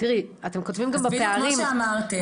תראי -- אז בדיוק כמו שאמרת,